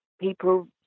people